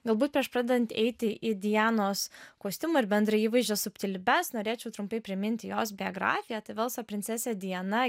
galbūt prieš pradedant eiti į dianos kostiumo ir bendro įvaizdžio subtilybes norėčiau trumpai priminti jos biografiją tai velso princesė diana